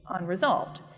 unresolved